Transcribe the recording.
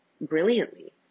brilliantly